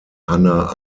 hannah